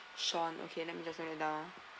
sean okay let me just note that down